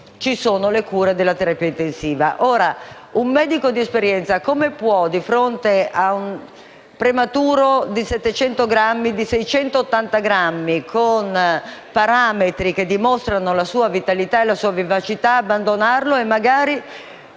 invece le cure della terapia intensiva. Ora, come può un medico di esperienza, di fronte a un prematuro di 700 o di 680 grammi, con parametri che dimostrano la sua vitalità e la sua vivacità, abbandonarlo e magari